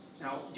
Now